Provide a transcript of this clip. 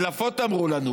הדלפות, אמרו לנו.